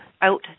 out